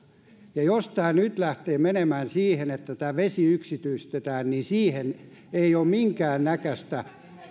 jos tämä nyt lähtee menemään siihen että vesi yksityistetään niin ei ole minkäännäköistä